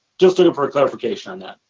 just looking for clarification on that.